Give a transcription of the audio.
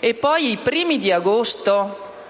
mentre, poi, i primi di agosto,